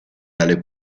dalle